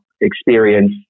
experience